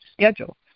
schedule